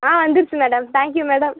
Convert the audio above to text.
ஆ வந்துருச்சு madam thank you madam